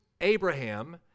Abraham